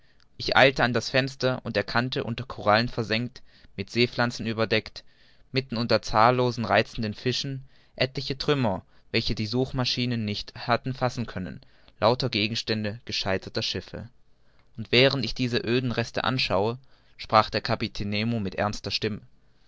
ich eilte an das fenster und erkannte unter korallen versenkt mit seepflanzen überdeckt mitten unter zahllosen reizenden fischen etliche trümmer welche die suchmaschinen nicht hatten fassen können lauter gegenstände gescheiterter schiffe und während ich diese öden reste anschaute sprach der kapitän nemo mit ernster stimme